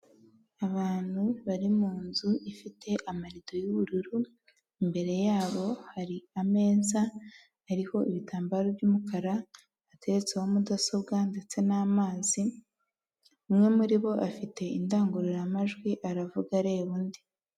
Abantu bari mu nzu ifite amarido y'ubururu, imbere yabo hari ameza, hariho ibitambaro by'umukara ateretseho mudasobwa ndetse n'amazi. Umwe muri bo afite indangururamajwi aravuga areba undi.